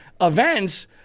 events